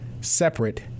Separate